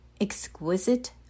Exquisite